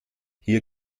hier